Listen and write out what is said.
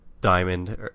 diamond